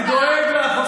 אני דואג לך,